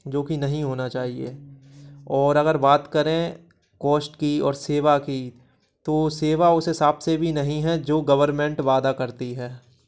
जो कि नहीं होना चाहिए और अगर बात करें कॉस्ट की और सेवा की तो सेवा उस हिसाब से भी नहीं है जो गवरमेंट वादा करती है